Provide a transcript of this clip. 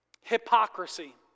Hypocrisy